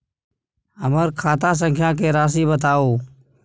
हमर खाता संख्या के राशि बताउ